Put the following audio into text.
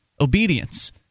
obedience